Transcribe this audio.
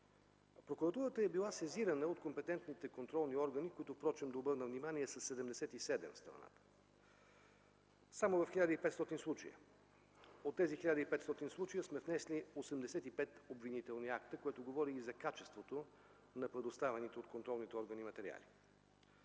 Прокуратурата е била сезирана от компетентните контролни органи, които, да обърна внимание, са 77 в страната. Само в 1500 случая – от тези 1500 случая сме внесли 85 обвинителни акта, което говори и за качеството на предоставените от контролните органи материали.